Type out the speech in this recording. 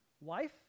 wife